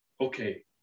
okay